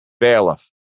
bailiff